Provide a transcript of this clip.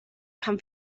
pan